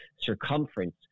circumference